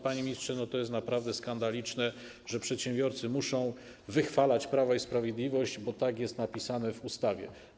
Panie ministrze, jest naprawdę skandaliczne, że przedsiębiorcy muszą wychwalać Prawo i Sprawiedliwość, bo tak jest napisane w ustawie.